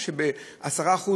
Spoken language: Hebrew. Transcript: כשב-10%